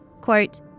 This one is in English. Quote